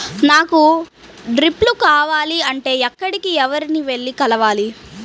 నాకు డ్రిప్లు కావాలి అంటే ఎక్కడికి, ఎవరిని వెళ్లి కలవాలి?